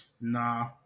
Nah